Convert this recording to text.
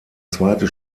zweite